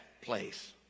place